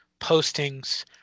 postings